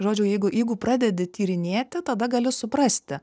žodžiu jeigu jeigu pradedi tyrinėti tada gali suprasti